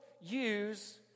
use